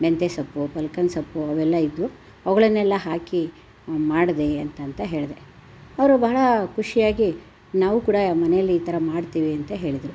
ಮೆಂತೆ ಸೊಪ್ಪು ಪಲ್ಕನ್ ಸೊಪ್ಪು ಅವೆಲ್ಲ ಇದ್ದವು ಅವುಗಳನ್ನೆಲ್ಲ ಹಾಕಿ ಮಾಡಿದೆ ಅಂತ ಅಂತ ಹೇಳಿದೆ ಅವರು ಬಹಳ ಖುಷಿಯಾಗಿ ನಾವೂ ಕೂಡ ಮನೆಯಲ್ಲಿ ಈ ಥರ ಮಾಡ್ತೀವಿ ಅಂತ ಹೇಳಿದರು